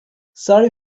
sorry